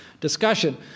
discussion